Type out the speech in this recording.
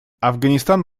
афганистан